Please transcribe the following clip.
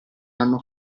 hanno